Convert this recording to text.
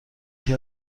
یکی